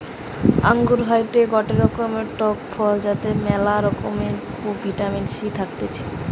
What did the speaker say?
আঙ্গুর হয়টে গটে রকমের টক ফল যাতে ম্যালা পরিমাণে ভিটামিন সি থাকতিছে